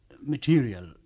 material